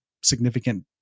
significant